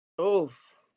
Oof